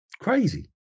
crazy